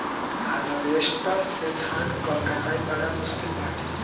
harvester से धान कअ कटाई बड़ा मुश्किल बाटे